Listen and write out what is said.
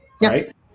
right